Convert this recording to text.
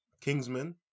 Kingsman